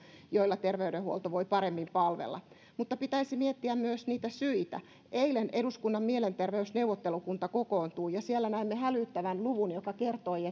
joilla terveydenhuolto voi paremmin palvella mutta pitäisi miettiä myös niitä syitä eilen eduskunnan mielenterveysneuvottelukunta kokoontui ja siellä näimme hälyttävän luvun joka kertoi